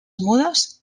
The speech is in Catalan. mudes